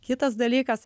kitas dalykas